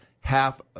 half